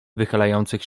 wychylających